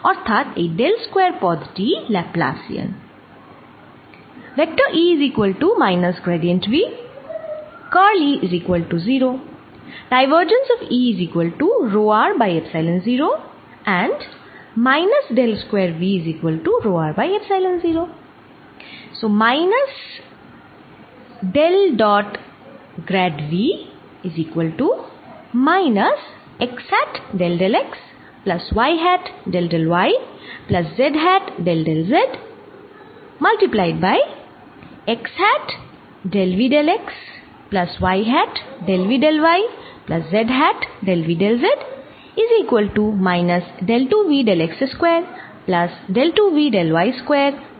অর্থাৎ এই del square পদ টিই লাপ্লাসিয়ান